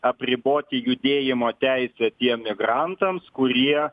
apriboti judėjimo teisę tiem migrantams kurie